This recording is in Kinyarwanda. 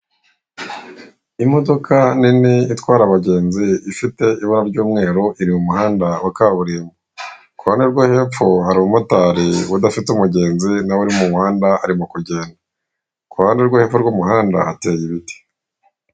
Imodoka ninini itwara abagenzi ifite ibara ry'umweru iri mu muhanda wa kaburimbo, kuruhande rwo hepfo hari umumotari udafite umugenzi nawe uri mu muhanda arimo kugenda, kuruhande rwo hepfo rw'umuhanda hateye ibiti.